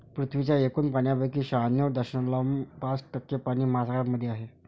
पृथ्वीच्या एकूण पाण्यापैकी शहाण्णव दशमलव पाच टक्के पाणी महासागरांमध्ये आहे